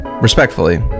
respectfully